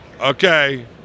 okay